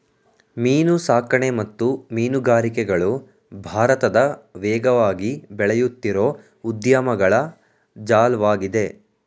ಮೀನುಸಾಕಣೆ ಮತ್ತು ಮೀನುಗಾರಿಕೆಗಳು ಭಾರತದ ವೇಗವಾಗಿ ಬೆಳೆಯುತ್ತಿರೋ ಉದ್ಯಮಗಳ ಜಾಲ್ವಾಗಿದೆ